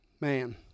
Man